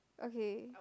okay